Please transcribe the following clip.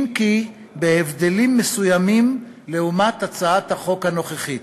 אם כי בהבדלים מסוימים לעומת הצעת החוק הנוכחית.